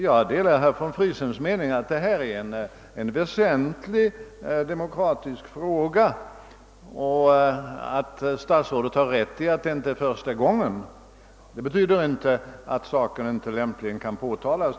Jag delar herr von Friesens mening att detta är en väsentlig demokratisk fråga. Att statsrådet har rätt i sitt påstående att det inte är första gången som en sådan här ordning förekommit betyder inte att saken inte lämpligen bör påtalas.